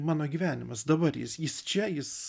mano gyvenimas dabar jis jis čia jis